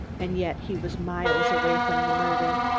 and yet he was miles away from the murder.